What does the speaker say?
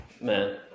man